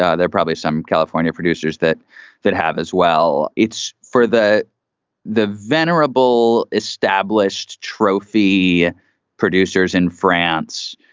ah there probably some california producers that that have as well. it's for that the venerable established trophy producers in france.